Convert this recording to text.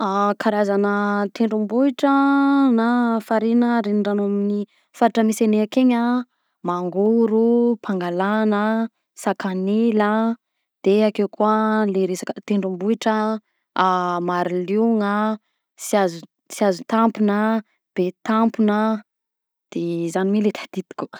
Karazana tendrombohitra, na farihy na renirano amin'ny faritra misy anay akegny a: Mangoro, Pangalana, Sakanila, de akeo koa le resaka tendrombohitra a, Maroliona, Tsia- Tsiazotampona, Betampona, de zany mi le tadidiko.